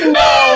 no